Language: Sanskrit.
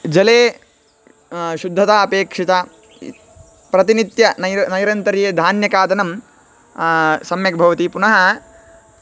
जले शुद्धता अपेक्षिता प्रतिनित्यं नैर नैरन्तर्ये धान्यखादनं सम्यक् भवति पुनः